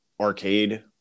arcade